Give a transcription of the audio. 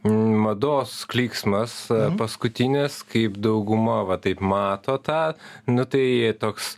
mados klyksmas paskutinės kaip dauguma va taip mato tą nu tai toks